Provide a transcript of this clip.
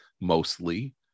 mostly